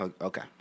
Okay